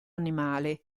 animale